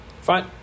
Fine